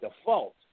default